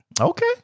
Okay